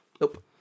Nope